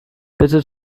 bitte